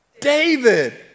David